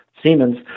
Siemens